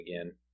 again